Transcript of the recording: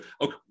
Okay